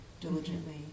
diligently